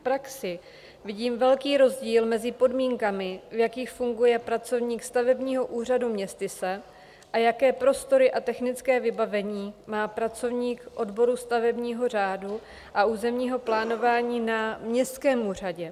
V praxi vidím velký rozdíl mezi podmínkami, v jakých funguje pracovník stavebního úřadu městyse, a jaké prostory a technické vybavení má pracovník odboru stavebního řádu a územního plánování na městském úřadě.